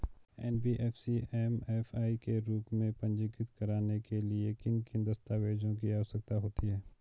NBFC MFI के रूप में पंजीकृत कराने के लिए किन किन दस्तावेज़ों की आवश्यकता होती है?